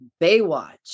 Baywatch